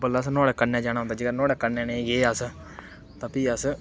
अब्बल ते असें नुहाड़े कन्नै जाना होंदा जेकर नुहाड़े कन्नै नेईं गे अस ते भी अस